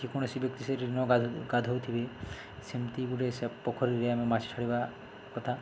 ଯେକୌଣସି ବ୍ୟକ୍ତି ସେଠାରେ ଗାଧଉଥିବେ ସେମିତି ଗୁଟେ ସେ ପୋଖରୀରେ ଆମେ ମାଛ ଛାଡ଼ିବା କଥା